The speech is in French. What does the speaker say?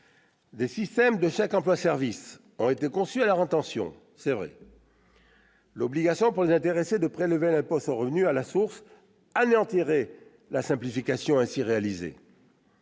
Des systèmes de chèques emploi service ont été conçus à leur intention. L'obligation, pour les intéressés, de prélever l'impôt sur le revenu à la source anéantirait la simplification ainsi réalisée.